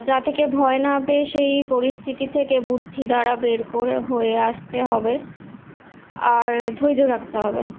যা থেকে ভয় না পেয়ে সেই পরিস্থিতি থেকে বুদ্ধি দ্বারা বের করে হয়ে আসতে হবে আর ধৈর্য রাখতে হবে